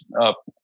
up